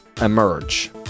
emerge